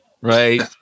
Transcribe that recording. right